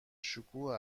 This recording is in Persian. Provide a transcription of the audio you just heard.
شکوه